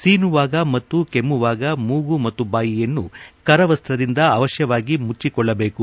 ಸೀನುವಾಗ ಮತ್ತು ಕೆಮ್ನುವಾಗ ಮೂಗು ಮತ್ತು ಬಾಯಿಯನ್ನು ಕರವಸ್ತದಿಂದ ಅವಶ್ಯವಾಗಿ ಮುಟ್ಲಕೊಳ್ಳಬೇಕು